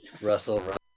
Russell